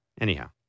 Anyhow